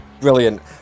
Brilliant